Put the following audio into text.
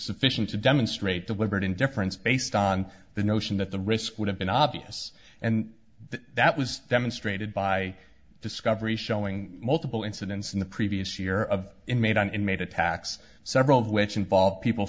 sufficient to demonstrate deliberate indifference based on the notion that the risk would have been obvious and that was demonstrated by discovery showing multiple incidents in the previous year of inmate on inmate attacks several of which involve people